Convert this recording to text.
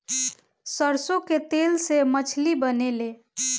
सरसों के तेल से मछली बनेले